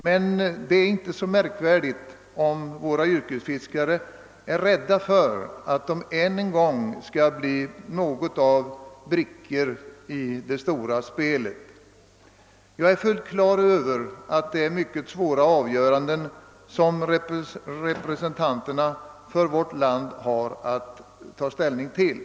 Men det är inte så märkvärdigt om våra yrkesfiskare är rädda för att de än en gång skall bli brickor i det stora spelet. Jag är helt på det klara med att det är svåra avgöranden som representanterna för vårt land har att ta ställning till.